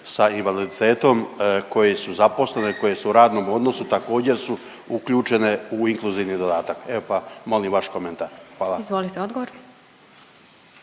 s invaliditetom koje su zaposlene, koje su u radnom odnosu također su uključene u inkluzivni dodatak, evo pa molim vaš komentar. Hvala. **Glasovac,